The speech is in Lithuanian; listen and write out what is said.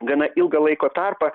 gana ilgą laiko tarpą